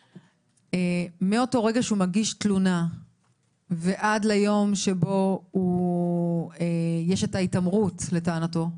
מאותו רגע שהוא מגיש תלונה ועד ליום שבו יש את ההתעמרות לטענתו,